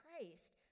Christ